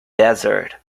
desert